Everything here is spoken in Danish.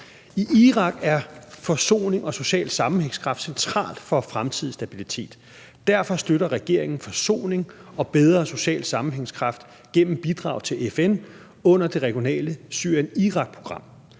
I Irak er forsoning og social sammenhængskraft centralt for fremtidig stabilitet. Derfor støtter regeringen forsoning og bedre social sammenhængskraft gennem bidrag til FN under det regionale Syrien-Irak-program.